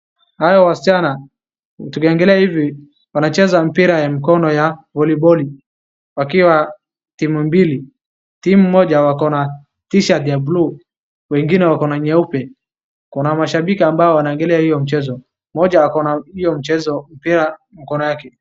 Hao wasichana wanacheza voliboli na wako timu mbili. Timu moja iko na tishati ya blu na nyingine wako na nyeupe.